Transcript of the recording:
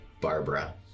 Barbara